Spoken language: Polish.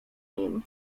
nim